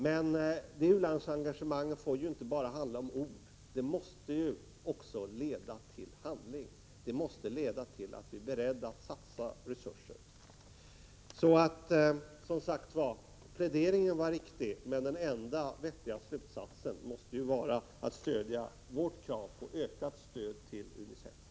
Men det engagemanget får inte ta sig uttryck bara i ord, utan det måste också leda till handling; det måste leda till att vi är beredda att satsa resurser. Karl-Erik Svartbergs plädering var alltså riktig, men den enda riktiga slutsatsen måste ju vara att riksdagen stöder vårt förslag till en ökning av stödet till UNICEF.